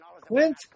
Quint